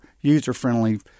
user-friendly